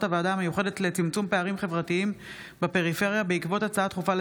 הוועדה המיוחדת לצמצום פערים חברתיים בפריפריה בעקבות דיון בהצעה